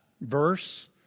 verse